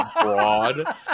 broad